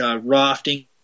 rafting